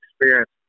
experience